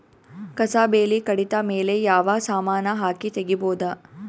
ಕಸಾ ಬೇಲಿ ಕಡಿತ ಮೇಲೆ ಯಾವ ಸಮಾನ ಹಾಕಿ ತಗಿಬೊದ?